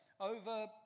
over